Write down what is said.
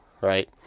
right